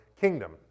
kingdom